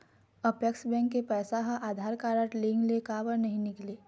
Apex bank के पैसा हा आधार कारड लिंक ले काबर नहीं निकले?